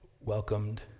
welcomed